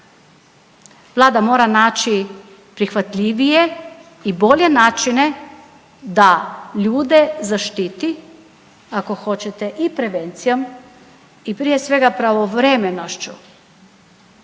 Vlada mora naći prihvatljivije i bolje načine da ljude zaštiti ako hoćete i prevencijom i prije svega pravovremenošću.